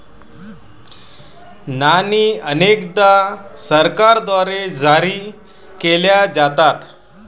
नाणी अनेकदा सरकारद्वारे जारी केल्या जातात